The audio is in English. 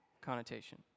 connotation